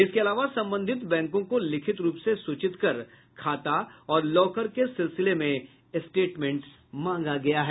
इसके अलावा संबंधित बैकों को लिखित रूप से सूचित कर खाता और लॉकर के सिलसिले में स्टेटमेंट मांगा गया है